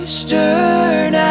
stern